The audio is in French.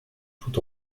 tout